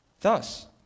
Thus